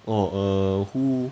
orh err who